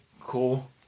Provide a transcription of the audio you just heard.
cool